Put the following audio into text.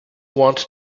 want